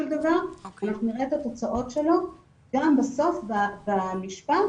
דבר נראה את התוצאות שלו גם בסוף במשפט,